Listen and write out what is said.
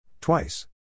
Twice